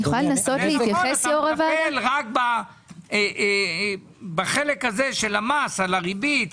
אתה מטפל רק בחלק הזה של המס על הריבית,